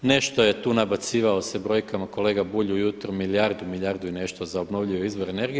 Nešto je tu nabacivao se brojkama kolega Bulj ujutro milijardu, milijardu i nešto za obnovljive izvore energije.